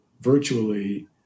virtually